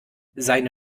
seine